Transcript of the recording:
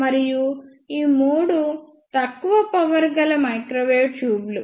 మరియు ఈ మూడు తక్కువ పవర్ గల మైక్రోవేవ్ ట్యూబ్ లు